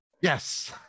Yes